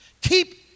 Keep